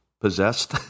possessed